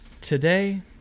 today